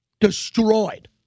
destroyed